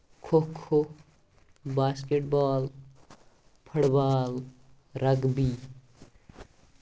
kho kho basketball football rugby